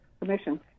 Commission